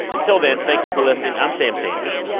until then, thank you for listening. i'm sam sanders.